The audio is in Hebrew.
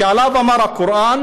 שעליו אמר הקוראן